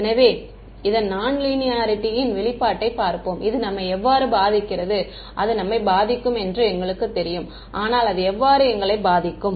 எனவே இதன் நான் லீனியாரிட்டியின் வெளிப்பாட்டைப் பார்ப்போம் அது நம்மை எவ்வாறு பாதிக்கிறது அது நம்மைப் பாதிக்கும் என்று எங்களுக்குத் தெரியும் ஆனால் அது எவ்வாறு எங்களை பாதிக்கும்